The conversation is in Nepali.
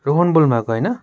रोहन बोल्नु भएको होइन